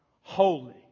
Holy